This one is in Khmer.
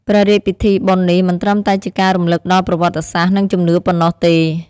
ព្រះរាជពិធីបុណ្យនេះមិនត្រឹមតែជាការរំលឹកដល់ប្រវត្តិសាស្ត្រ និងជំនឿប៉ុណ្ណោះទេ។